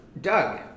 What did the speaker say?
Doug